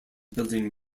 building